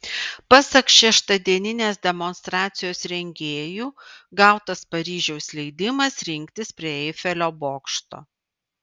pasak šeštadieninės demonstracijos rengėjų gautas paryžiaus leidimas rinktis prie eifelio bokšto